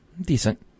Decent